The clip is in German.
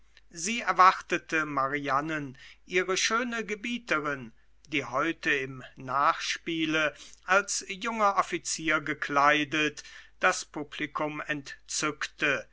sie erwartete marianen ihre schöne gebieterin die heute im nachspiele als junger offizier gekleidet das publikum entzückte